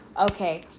Okay